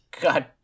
God